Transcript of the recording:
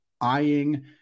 eyeing